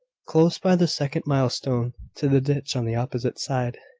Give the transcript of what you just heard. close by the second milestone, to the ditch on the opposite side.